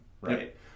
right